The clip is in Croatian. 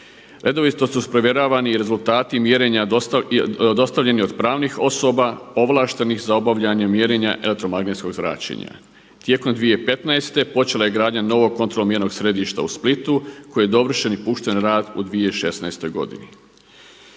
Redovito su provjeravani i rezultati mjerenja dostavljeni od pravnih osoba, ovlaštenih za obavljanje mjerenja elektromagnetskog zračenja. Tijekom 2015. počela je gradnja novog kontrolno mjernog središta u Splitu koji je dovršen i pušten u rad u 2016. godini.